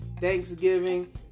Thanksgiving